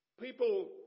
people